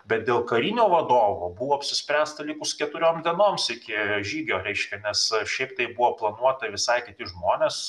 bet dėl karinio vadovo buvo apsispręsta likus keturiom dienoms iki žygio reiškia nes šitaip tai buvo planuota visai kiti žmonės